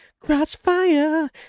Crossfire